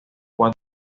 cuatro